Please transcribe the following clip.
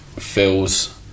feels